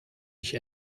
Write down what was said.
sich